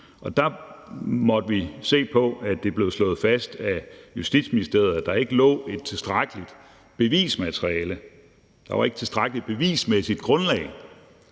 Og der måtte vi se på, at det blev slået fast af Justitsministeriet, at der ikke lå et tilstrækkeligt bevismateriale. Der var ikke tilstrækkeligt bevismæssigt grundlag